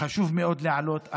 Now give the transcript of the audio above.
שחשוב מאוד להעלות.